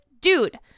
dude